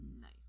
Nice